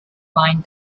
find